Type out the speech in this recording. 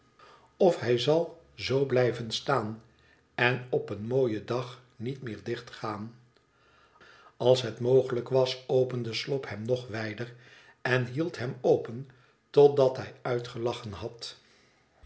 of hij zal zoo blijven staan en op een mooien dag niet meer dicht gaan als het mogelijk was opende slop hem nog wijder en hield hem open totdat hij uitgelachen had